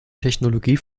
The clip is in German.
technologie